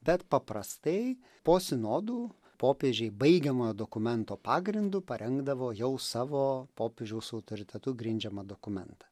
bet paprastai po sinodų popiežiai baigiamojo dokumento pagrindu parengdavo jau savo popiežiaus autoritetu grindžiamą dokumentą